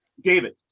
David